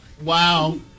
Wow